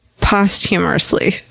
posthumously